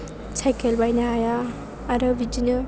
cycle बायनो हाया आरो बिदिनो